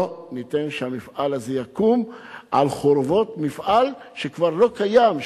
לא ניתן שהמפעל הזה יקום על חורבות מפעל שכבר לא קיים,